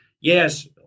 Yes